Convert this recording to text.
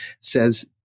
says